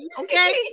Okay